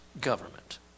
government